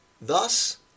Thus